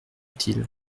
utile